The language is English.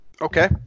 Okay